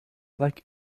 like